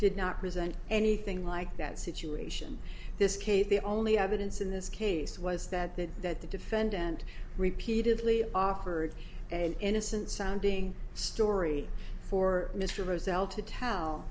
did not resent anything like that situation this case the only evidence in this case was that the that the defendant repeatedly offered an innocent sounding story for